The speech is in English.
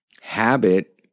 habit